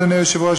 אדוני היושב-ראש,